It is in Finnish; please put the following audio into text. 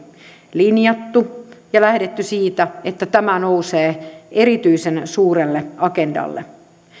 linjattu ja lähdetty siitä että tämä nousee erityisen suurelle agendalle